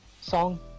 song